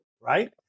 right